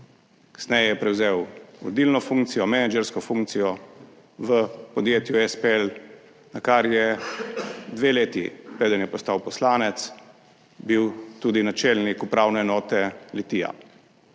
Kasneje je prevzel vodilno funkcijo, menedžersko funkcijo v podjetju SPL, nakar je dve leti, preden je postal poslanec, bil tudi načelnik Upravne enote Litija.